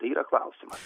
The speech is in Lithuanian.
tai yra klausimas